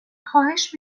خواهش